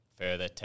further